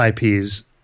ips